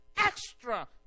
Extra